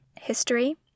history